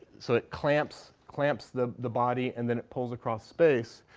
so it clamps clamps the the body, and then it pulls across space,